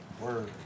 Word